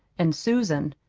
and susan,